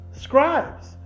scribes